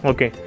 Okay